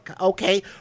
Okay